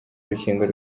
urukingo